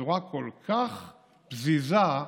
בצורה כל כך פזיזה,